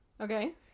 Okay